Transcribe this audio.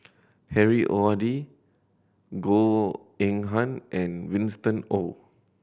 Harry Ord Goh Eng Han and Winston Oh